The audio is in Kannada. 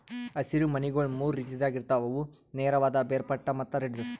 ಹಸಿರು ಮನಿಗೊಳ್ ಮೂರು ರೀತಿದಾಗ್ ಇರ್ತಾವ್ ಅವು ನೇರವಾದ, ಬೇರ್ಪಟ್ಟ ಮತ್ತ ರಿಡ್ಜ್